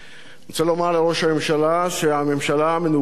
אני רוצה לומר לראש הממשלה שהממשלה המנופחת